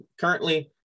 Currently